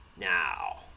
Now